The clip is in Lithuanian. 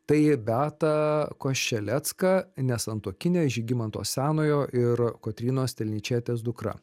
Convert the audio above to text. tai beata koščelecka nesantuokinė žygimanto senojo ir kotrynos telnyčietės dukra